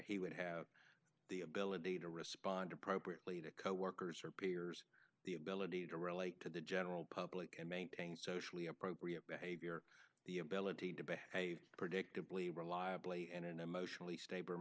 he would have the ability to respond appropriately to coworkers or players the ability to relate to the general public and maintain socially appropriate behavior the ability to behave predictably reliably in an emotionally stab